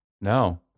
No